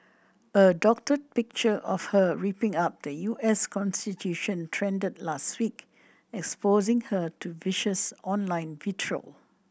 a doctored picture of her ripping up the U S constitution trended last week exposing her to vicious online vitriol